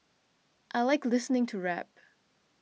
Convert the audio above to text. I like listening to rap